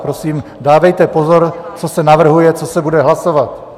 Prosím, dávejte pozor, co se navrhuje, co se bude hlasovat.